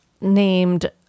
named